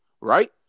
right